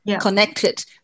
connected